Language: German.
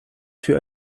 für